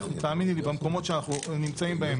תאמיני לי שבמקומות שאנחנו נמצאים בהם,